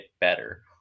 better